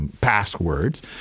passwords